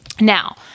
Now